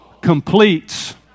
completes